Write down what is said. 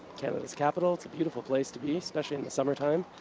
canada's capital. it's a beautiful place to be, especially in the summer time.